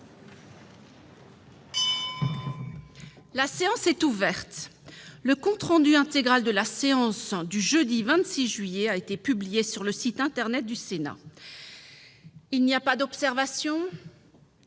La séance est ouverte. Le compte rendu intégral de la séance du jeudi 26 juillet a été publié sur le site internet du Sénat. Il n'y a pas d'observation ?